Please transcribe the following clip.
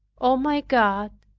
o my god,